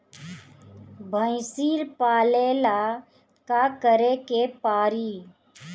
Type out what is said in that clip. भइसी पालेला का करे के पारी?